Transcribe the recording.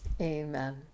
Amen